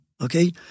Okay